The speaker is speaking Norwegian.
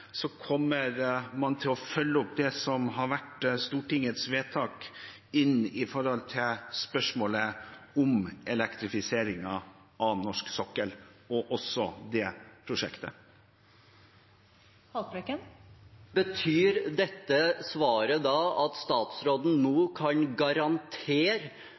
man til å følge opp Stortingets vedtak knyttet til spørsmålet om elektrifisering av norsk sokkel, og også det prosjektet. Lars Haltbrekken – til oppfølgingsspørsmål. Betyr dette svaret da at statsråden nå kan garantere